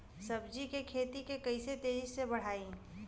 सब्जी के खेती के कइसे तेजी से बढ़ाई?